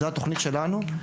זו התכנית שלנו.